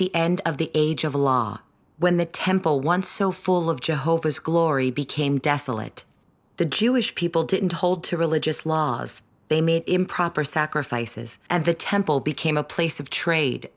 the end of the age of the law when the temple one so full of jehovah's glory became desolate the jewish people didn't hold to religious laws they made improper sacrifices and the temple became a place of trade